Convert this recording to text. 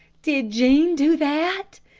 did jean do that?